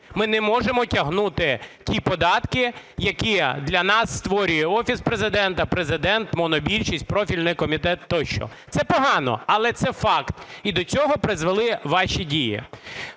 ми не можемо тягнути ті податки, які для нас створює Офіс Президента, Президент, монобільшість, профільний комітет тощо. Це погано, але це факт, і до цього призвели ваші дії.